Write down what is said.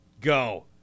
go